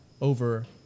over